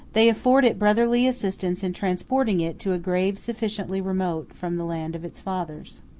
they afford it brotherly assistance in transporting it to a grave sufficiently remote from the land of its fathers.